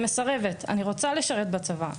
סירבתי כי רציתי לשרת בצבא,